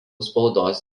spaudos